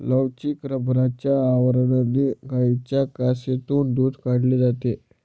लवचिक रबराच्या आवरणाने गायींच्या कासेतून दूध काढले जाते